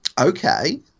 Okay